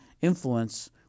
influence